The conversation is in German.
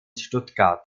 stuttgart